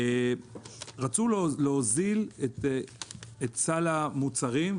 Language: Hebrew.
רצו להוזיל את סל המוצרים,